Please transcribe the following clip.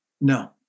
No